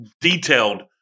detailed